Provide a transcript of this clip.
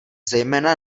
zejména